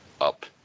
up